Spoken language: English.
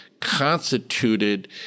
constituted